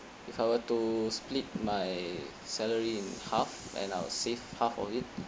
if I were to split my salary in half and I would save half of it